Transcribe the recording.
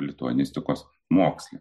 lituanistikos moksle